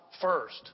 first